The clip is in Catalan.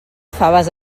faves